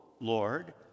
Lord